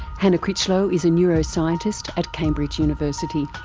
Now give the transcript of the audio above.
hannah critchlow is a neuroscientist at cambridge university.